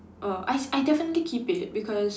err I I definitely keep it because